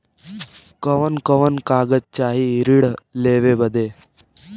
कवन कवन कागज चाही ऋण लेवे बदे?